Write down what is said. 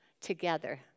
together